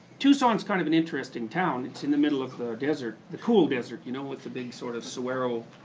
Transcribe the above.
tucson's kind of an interesting town. it's in the middle of the desert, the cool desert, you know with the big sort of saguaro